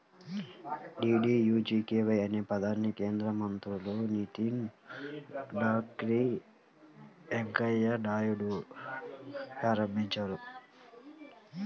DDUGKY అనే పథకాన్ని కేంద్ర మంత్రులు నితిన్ గడ్కరీ, వెంకయ్య నాయుడులు ప్రారంభించారు